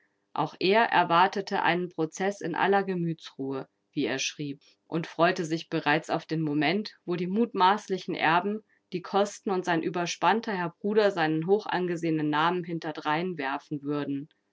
auch er erwartete einen prozeß in aller gemütsruhe wie er schrieb und freute sich bereits auf den moment wo die mutmaßlichen erben die kosten und sein überspannter herr bruder seinen hochangesehenen namen hinterdrein werfen würden